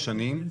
שנים.